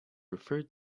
referred